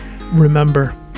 Remember